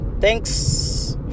thanks